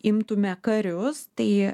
imtume karius tai